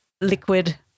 liquid